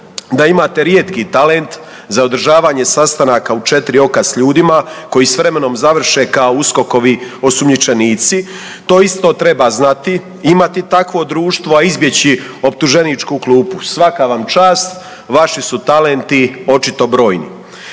da imate rijetki talent za održavanje sastanaka u 4 oka s ljudima koji s vremenom završe kao USKOK-ovi osumnjičenici. To isto treba znati, imati takvo društvo, a izbjeći optuženičku klupu. Sva vam čast, vaši su talenti očito brojni.